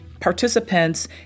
participants